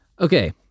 Okay